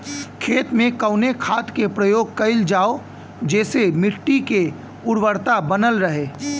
खेत में कवने खाद्य के प्रयोग कइल जाव जेसे मिट्टी के उर्वरता बनल रहे?